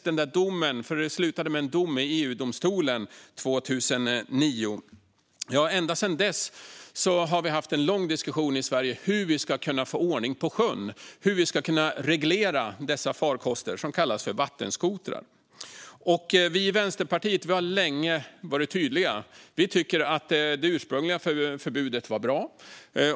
Det slutade med en dom i EU-domstolen 2009, och ända sedan dess har vi haft en lång diskussion i Sverige om hur vi ska kunna få ordning på sjön och hur vi ska kunna reglera dessa farkoster som kallas för vattenskotrar. Vi i Vänsterpartiet har länge varit tydliga. Vi tycker att det ursprungliga förbudet var bra.